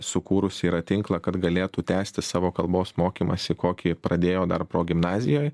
sukūrusi yra tinklą kad galėtų tęsti savo kalbos mokymąsi kokį pradėjo dar progimnazijoj